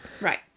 Right